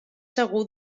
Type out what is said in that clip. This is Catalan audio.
segur